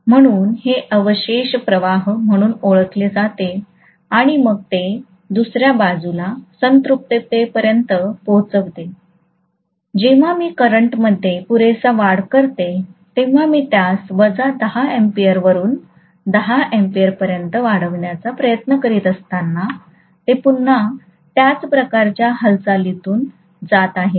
म्हणून हे अवशेष प्रवाह म्हणून ओळखले जाते आणि मग ते दुसर्या बाजूला संपृक्ततेपर्यंत पोहचते जेव्हा मी करंट मध्ये पुरेसा वाढ करतो तेव्हा मी त्यास वजा 10 एम्पीयर वरून 10 अँपिअर पर्यंत वाढवण्याचा प्रयत्न करीत असताना ते पुन्हा त्याच प्रकारच्या हालचालीतून जात आहे